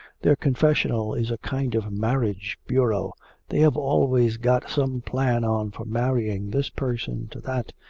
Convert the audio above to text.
their confessional is a kind of marriage bureau they have always got some plan on for marrying this person to that,